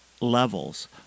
levels